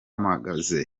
magasin